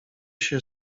się